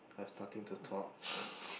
I've nothing to talk